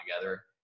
together